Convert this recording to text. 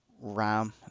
ram